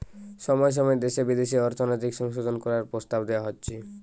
সময় সময় দেশে বিদেশে অর্থনৈতিক সংশোধন করার প্রস্তাব দেওয়া হচ্ছে